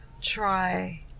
try